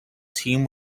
team